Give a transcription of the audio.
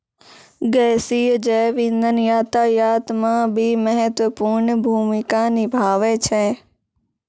गैसीय जैव इंधन यातायात म भी महत्वपूर्ण भूमिका निभावै छै